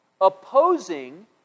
opposing